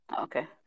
Okay